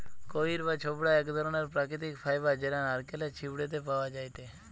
কইর বা ছোবড়া এক ধরণের প্রাকৃতিক ফাইবার যেটা নারকেলের ছিবড়ে তে পাওয়া যায়টে